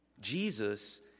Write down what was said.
Jesus